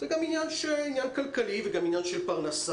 זה גם עניין כלכלי וגם עניין של פרנסה.